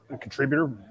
contributor